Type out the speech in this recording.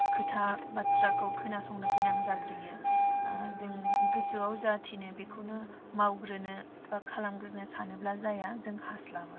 खोथा बाथ्राखौ खोनासंनो गोनां जाग्रोयो जों गोसोआव जा थिनो बिखौनो मावग्रोनो बा खालामग्रोनो सानोब्ला जाया जों हास्लाबा